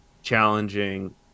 Challenging